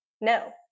No